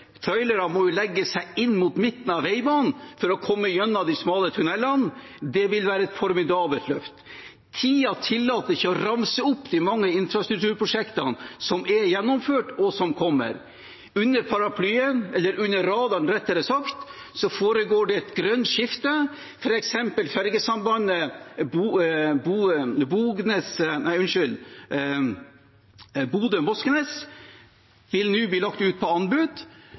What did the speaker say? må jo legge seg inn mot midten av veibanen for å komme gjennom de smale tunnelene. Så det vil være et formidabelt løft. Tiden tillater meg ikke å ramse opp de mange infrastrukturprosjektene som er gjennomført, og som kommer. Under paraplyen – eller under radaren, rettere sagt – foregår det et grønt skifte. For eksempel fergesambandet Bodø–Moskenes vil nå bli lagt ut på anbud